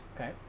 okay